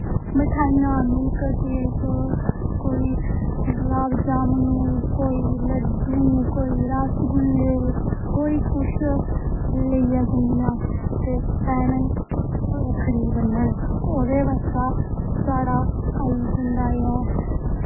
मिठाइयां milk cake कोई गलाब जामुन कोई लड्डू कोई रस गुल्ले कोई कुश लेइयै जन्नियां ते भैनां रक्खड़ी बन्नन ओह्दे बाद च साढ़ा आई जंदा ऐ